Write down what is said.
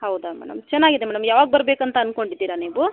ಹೌದಾ ಮೇಡಮ್ ಚೆನ್ನಾಗಿದೆ ಮೇಡಮ್ ಯಾವಾಗ ಬರಬೇಕಂತ ಅಂದ್ಕೊಡಿದ್ದೀರ ನೀವು